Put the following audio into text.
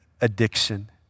addiction